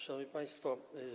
Szanowni Państwo!